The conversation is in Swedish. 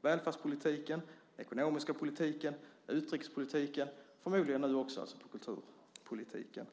välfärdspolitiken, den ekonomiska politiken, utrikespolitiken och nu förmodligen också i kulturpolitiken.